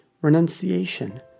renunciation